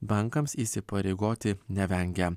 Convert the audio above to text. bankams įsipareigoti nevengia